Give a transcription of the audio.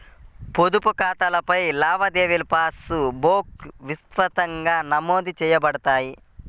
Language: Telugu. పొదుపు ఖాతాలపై లావాదేవీలుపాస్ బుక్లో విస్తృతంగా నమోదు చేయబడతాయి